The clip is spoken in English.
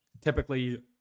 typically